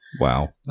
Wow